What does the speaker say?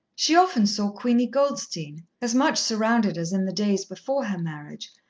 she often saw queenie goldstein, as much surrounded as in the days before her marriage,